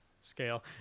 scale